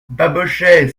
babochet